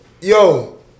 Yo